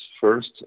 first